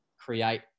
create